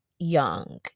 young